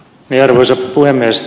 arvoisa puhemies